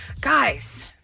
Guys